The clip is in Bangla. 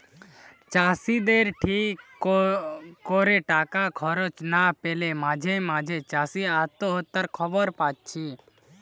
চাষিদের ঠিক কোরে টাকা খরচ না পেলে মাঝে মাঝে চাষি আত্মহত্যার খবর পাচ্ছি